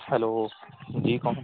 hello جی کون